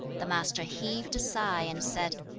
the master heaved a sigh and said,